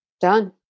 Done